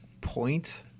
point